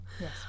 Yes